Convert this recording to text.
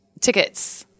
tickets